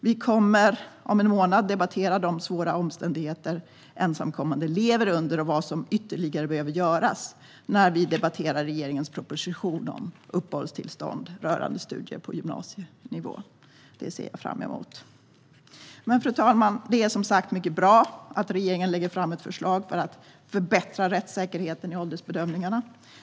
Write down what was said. Vi kommer om en månad, när vi debatterar regeringens proposition om uppehållstillstånd rörande studier på gymnasienivå, att debattera de svåra omständigheter som ensamkommande lever under och vad som ytterligare behöver göras. Det ser jag fram emot. Fru talman! Det är som sagt mycket bra att regeringen lägger fram ett förslag för att förbättra rättssäkerheten i åldersbedömningarna.